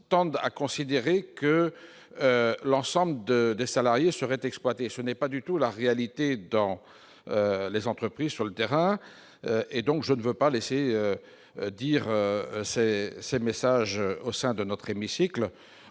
tendent à considérer que l'ensemble de des salariés seraient exploités, ce n'est pas du tout la réalité dans les entreprises sur le terrain et donc je ne veux pas laisser dire c'est ce message au sein de notre hémicycle